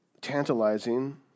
tantalizing